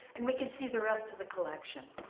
and we can see the rest of the collection.